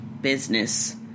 business